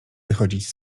wychodzić